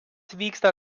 vyksta